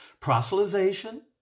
proselytization